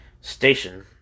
Station